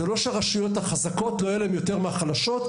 זה לא שהרשויות החזקות לא יהיה להן יותר מלרשויות המוחלשות,